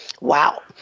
Wow